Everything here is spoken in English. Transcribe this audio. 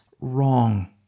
wrong